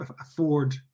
afford